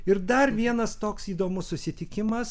ir dar vienas toks įdomus susitikimas